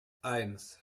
eins